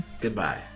Goodbye